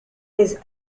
his